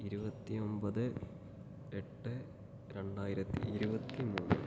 ഇരുപത്തി ഒൻപത് എട്ട് രണ്ടായിരത്തി ഇരുപത്തി മൂന്ന്